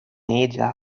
ellas